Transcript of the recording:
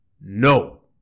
No